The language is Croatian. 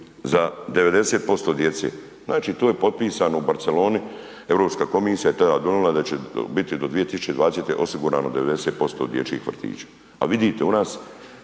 za 90% djece. Znači, to je potpisano u Barceloni, Europska komisija je tada donijela da će biti do 2020. osigurano 90% dječjih vrtića. A vidite u nas